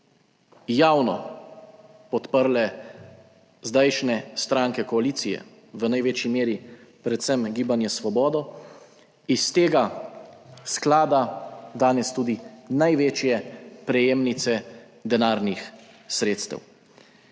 javno podprle zdajšnje stranke koalicije, v največji meri predvsem Gibanje svobodo, iz tega sklada danes tudi največje prejemnice denarnih sredstev.